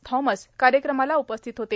Thomas कार्यक्रमाला उपस्थित होते